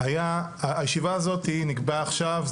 הישיבה הזאתי נקבעה עכשיו,